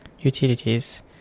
Utilities